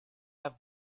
have